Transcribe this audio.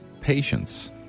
patience